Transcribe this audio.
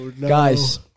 Guys